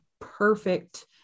perfect